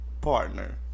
partner